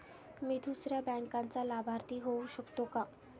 मी दुसऱ्या बँकेचा लाभार्थी होऊ शकतो का?